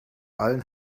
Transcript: allen